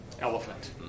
elephant